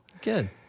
Good